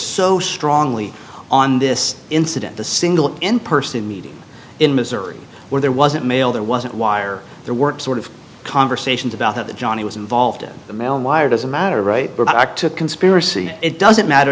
so strongly on this incident the single person meeting in missouri where there wasn't mail there wasn't wire there weren't sort of conversations about how the johnny was involved in the mail wire doesn't matter right back to conspiracy it doesn't matter